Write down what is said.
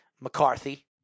McCarthy